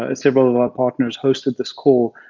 ah several of our partners hosted this call.